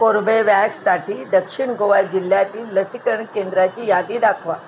कोर्बेवॅक्ससाठी दक्षिण गोवा जिल्ह्यातील लसीकरण केंद्राची यादी दाखवा